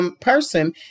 person